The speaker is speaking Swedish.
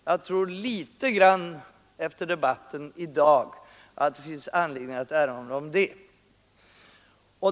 Jag tror att det efter debatten i dag finns anledning att erinra om det.